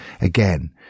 Again